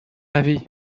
avis